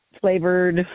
flavored